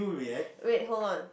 wait hold on